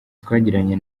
twagiranye